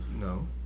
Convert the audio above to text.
No